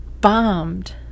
bombed